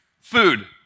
Food